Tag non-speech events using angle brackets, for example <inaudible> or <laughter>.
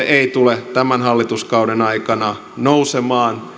<unintelligible> ei tule tämän hallituskauden aikana nousemaan